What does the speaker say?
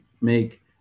make